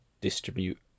distribute